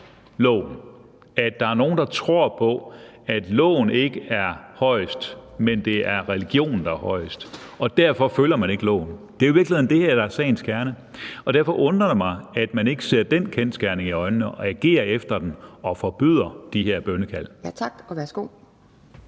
loven: at der er nogen, der tror på, at loven ikke er højest, men at det er religionen, der er højest. Og derfor følger man ikke loven. Det er i virkeligheden det, der er sagens kerne, og derfor undrer det mig, at man ikke ser den kendsgerning i øjnene og agerer efter den og forbyder de her bønnekald. Kl.